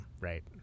right